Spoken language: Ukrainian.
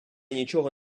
нічого